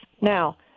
Now